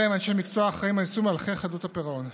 אלה הם אנשי המקצוע האחראים על יישום הליכי חדלות הפירעון.